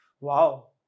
Wow